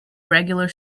regular